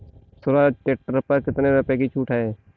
Swaraj tractor पर कितनी रुपये की छूट है?